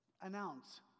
announce